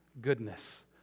goodness